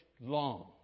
long